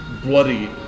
bloody